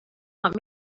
want